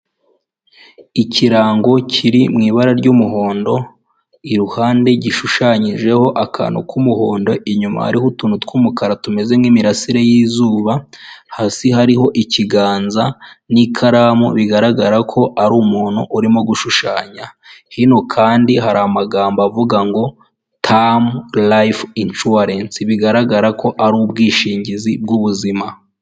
Ikirango kiri mu ibara ry'umuhondo iruhande gishushanyijeho akantu k'umuhondo inyuma hariho utuntu twumukara tumeze nk'imirasire y'izuba, hasi hariho ikiganza n'ikaramu bigaragara ko ari umuntu urimo gushushanya. Hino kandi hari amagambo avuga ngo tam life insurance bigaragara ko ari ubwishingizi bwubuzima.